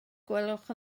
gwelwch